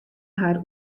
har